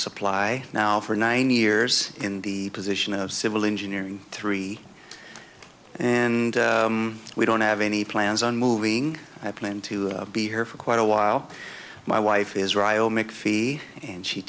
supply now for nine years in the position of civil engineering three and we don't have any plans on moving i plan to be here for quite a while my wife is ryo make fee and she